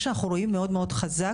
מה שאנחנו רואים מאוד מאוד חזק,